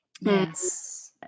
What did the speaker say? Yes